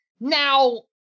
Now